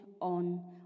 on